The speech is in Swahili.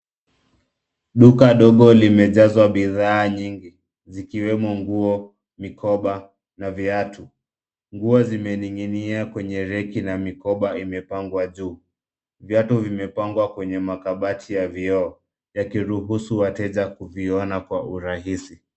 Duka dogo limejazwa bidhaa nyingi zikiwemo nguo, mikoba na viatu. Nguo zimening'inia kwenye reki na mikoba imepangwa juu. Viatu vimepangwa kwenye makabati ya vioo, yakiruhusu wateja kuviona kwa urahisi.